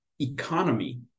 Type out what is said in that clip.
economy